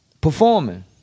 performing